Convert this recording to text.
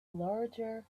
larger